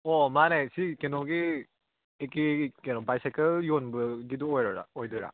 ꯑꯣ ꯃꯥꯅꯦ ꯁꯤ ꯀꯩꯅꯣꯒꯤ ꯀꯦ ꯀꯦꯒꯤ ꯀꯩꯅꯣ ꯕꯥꯏꯁꯥꯏꯀꯜ ꯌꯣꯟꯕꯒꯤꯗꯣ ꯑꯣꯏꯔꯔꯥ ꯑꯣꯏꯗꯣꯏꯔꯥ